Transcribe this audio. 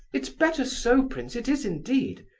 it's better so, prince, it is indeed.